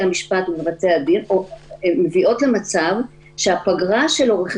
בתי הדין לבתי המשפט מביאה למצב שהפגרה של עורך